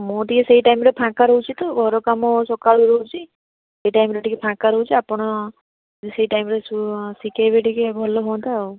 ମୁଁ ଟିକିଏ ସେଇ ଟାଇମ୍ରେ ଫାଙ୍କା ରହୁଛି ତ ଘର କାମ ସକାଳୁ ରହୁଛି ସେଇ ଟାଇମ୍ରେ ଟିକିଏ ଫାଙ୍କା ରହୁଛି ଆପଣ ଯଦି ସେଇ ଟାଇମ୍ରେ ଶିଖାଇବ ଟିକିଏ ଭଲ ହୁଅନ୍ତା ଆଉ